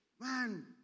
man